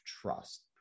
trust